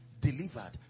delivered